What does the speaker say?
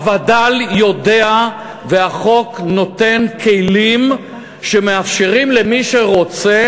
הווד"ל יודע, והחוק נותן כלים שמאפשרים למי שרוצה